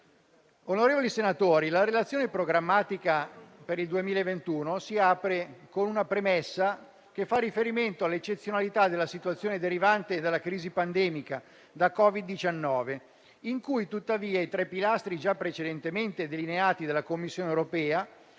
Onorevoli senatori, la relazione programmatica per il 2021 si apre con una premessa che fa riferimento all'eccezionalità della situazione derivante dalla crisi pandemica da Covid-19, in cui tuttavia i tre pilastri già precedentemente delineati dalla Commissione europea,